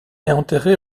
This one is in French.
enterré